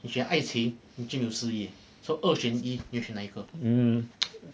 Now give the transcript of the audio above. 你选爱情你就没有事业 so 二选一你会选哪一个